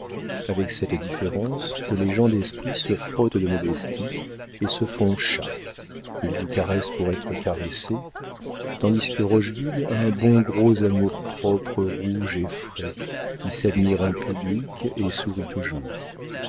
avec cette différence que les gens d'esprit se frottent de modestie et se font chats ils vous caressent pour être caressés tandis que rochegude a un bon gros amour-propre rouge et frais qui s'admire en public et sourit toujours